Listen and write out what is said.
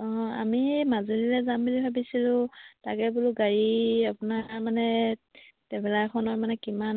অঁ আমি মাজুলীলৈ যাম বুলি ভাবিছিলোঁ তাকে বোলো গাড়ী আপোনাৰ মানে ট্ৰেভেলাৰখনত মানে কিমান